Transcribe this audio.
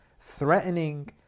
threatening